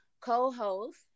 co-host